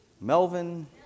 Melvin